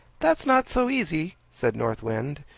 that's not so easy, said north wind,